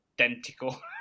identical